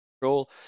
control